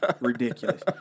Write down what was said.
Ridiculous